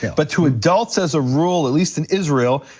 but to adults, as a rule at least in israel,